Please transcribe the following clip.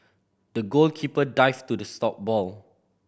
the goalkeeper dived to the stop ball